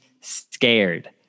scared